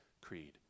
creed